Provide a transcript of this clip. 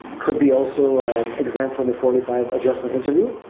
could be also exempt from the forty five adjustment interview.